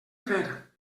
fer